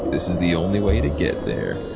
this is the only way to get there.